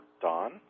dawn